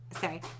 Sorry